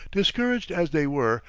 discouraged as they were,